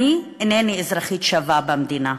אני אינני אזרחית שווה במדינה,